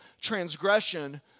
transgression